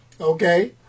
Okay